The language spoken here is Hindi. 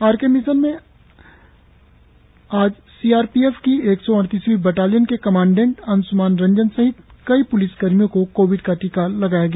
आर के मिशन में आज सी आर पी एफ की एक सौ अड़तीसवीं बटालियन के कमांडेंट अंश्मान रंजन सहित कई प्लिस कर्मियों को कोविड का टीका लगाया गया